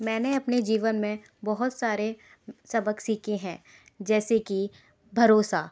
मैंने अपने जीवन में बहुत सारे सबक सीखे हैं जैसे कि भरोसा